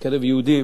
בקרב יהודים